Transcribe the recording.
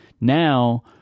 now